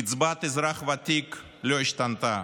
קצבת אזרח ותיק לא השתנתה,